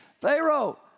Pharaoh